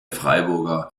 freiberger